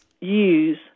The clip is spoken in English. use